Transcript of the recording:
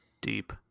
Deep